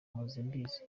mpozembizi